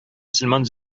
мөселман